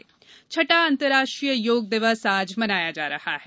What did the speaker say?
योग दिवस छठा अंतर्राष्ट्रीय योग दिवस आज मनाया जा रहा है